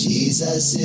Jesus